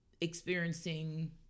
experiencing